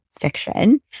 fiction